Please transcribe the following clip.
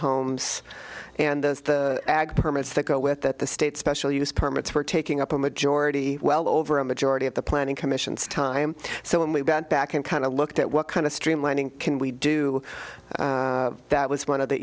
homes and the ag permits that go with that the state special use permits were taking up a majority well over a majority of the planning commission stime so when we bent back and kind of looked at what kind of streamlining can we do that was one of the